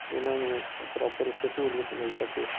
ਉਹਨਾਂ ਨੂੰ ਪ੍ਰੋਪਰ ਉੱਥੇ ਸਹੂਲੀਅਤ ਮਿਲ ਸਕੇ